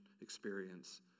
experience